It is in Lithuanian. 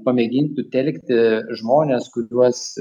pamėgintų telkti žmones kuriuos